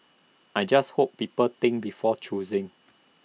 I just hope people think before choosing